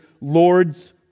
lords